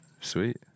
Sweet